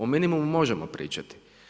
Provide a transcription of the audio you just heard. O minimumu možemo pričati.